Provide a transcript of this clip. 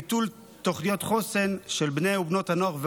ביטול תוכניות חוסן של בני ובנות הנוער,